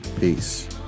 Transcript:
Peace